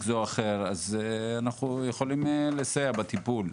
זה או אחר אנחנו יכולים לסייע בטיפול,